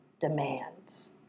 demands